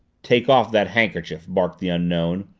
take off that handkerchief! barked the unknown,